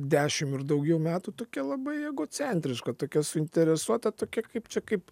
dešim ir daugiau metų tokia labai egocentriška tokia suinteresuota tokia kaip čia kaip